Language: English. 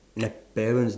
like parents